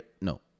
no